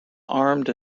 armed